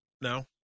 no